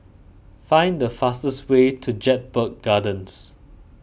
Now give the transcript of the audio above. find the fastest way to Jedburgh Gardens